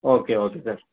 okay okay sir